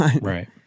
Right